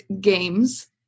games